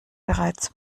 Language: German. bereits